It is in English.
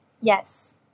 Yes